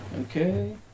Okay